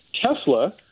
tesla